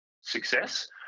success